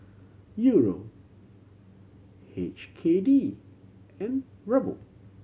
Euro H K D and Ruble